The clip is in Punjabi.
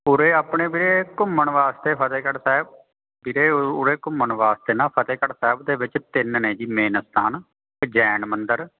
ਉਰੇ ਆਪਣੇ ਵੀਰੇ ਘੁੰਮਣ ਵਾਸਤੇ ਫਤਿਹਗੜ੍ਹ ਸਾਹਿਬ ਵੀਰੇ ਉਰੇ ਘੁੰਮਣ ਵਾਸਤੇ ਨਾ ਫਤਿਹਗੜ੍ਹ ਸਾਹਿਬ ਦੇ ਵਿੱਚ ਤਿੰਨ ਨੇ ਜੀ ਮੇਨ ਅਸਥਾਨ ਜੈਨ ਮੰਦਰ